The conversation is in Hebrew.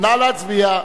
נא להצביע.